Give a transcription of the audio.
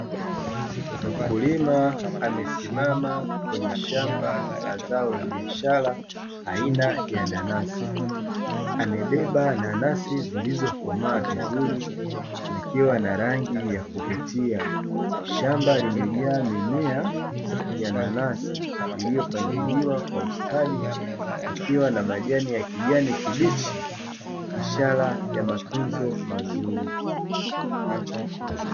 Mkulima amesimama kwenye shamba la zao la biashara aina ya nanasi amebeba nanasi zilizokomaa vizuri yakiwa na rangi ya kuvutia. Shamba limejaa mimea ya nanasi iliyopangiliwa kwa ustadi ikiwa na majani ya kijani kibichi ishara ya matunzo mazuri.